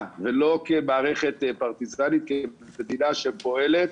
ולא כמערכת פרטיזנית אלא כמדינה שפועלת